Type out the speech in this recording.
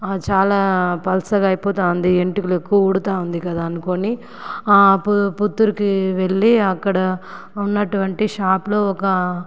చాలా పల్చగా అయిపోతుంది వెంట్రుకలు ఎక్కువ ఊడుతూ ఉంది కదా అనుకొని పు పుత్తూరుకి వెళ్ళి అక్కడ ఉన్నటువంటి షాప్లో ఒక